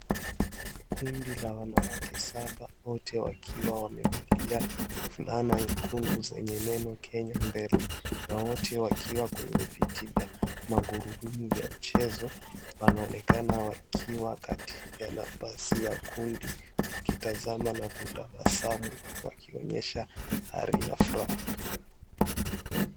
Kundi la wanawake saba wote wakiwa wamevalia fulana nyekundu zenye neno Kenya mbele na wote wakiwa kwenye viti vya magurudumu vya mchezo wanaonekana wakiwa katika nafasi ya kundi wakitazama na kutabasamu wakionyesha ari na furaha.